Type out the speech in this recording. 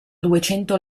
duecento